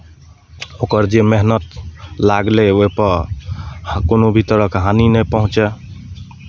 ओकर जे मेहनत लागलै ओहिपर हँ कोनो भी तरहके हानि नहि पहुँचय